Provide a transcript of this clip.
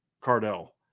Cardell